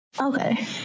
Okay